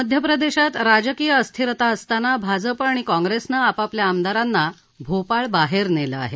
मध्यप्रदेशात राजकीय अस्थिरता असताना भाजप आणि काँग्रेसनं आपापल्या आमदारांना भोपाळ बाहेर नेलं आहे